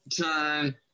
turn